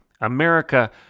America